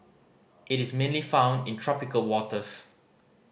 it is mainly found in tropical waters